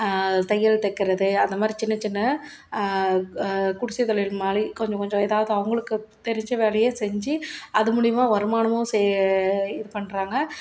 தையல் தைக்கிறது அந்த மாதிரி சின்ன சின்ன குடிசைத்தொழில் மாதிரி கொஞ்சம் கொஞ்சம் எதாவது அவங்களுக்கு தெரிஞ்ச வேலையை செஞ்சி அது மூலயமா வருமானமும் சே இது பண்ணுறாங்க